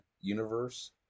universe